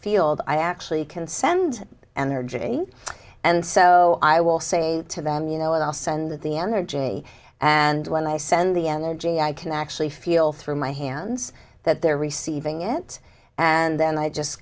field i actually can send an urgency and so i will say to them you know and i'll send the energy and when they send the energy i can actually feel through my hands that they're receiving it and then i just